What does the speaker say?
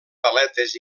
paletes